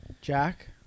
Jack